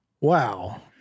Wow